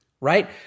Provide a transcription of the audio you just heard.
right